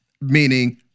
meaning